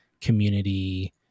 community